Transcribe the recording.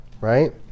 right